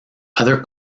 other